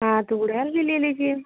हाँ तो गुड़हल भी ले लीजिए